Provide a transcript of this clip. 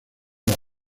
los